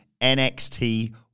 NXT